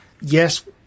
yes